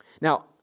Now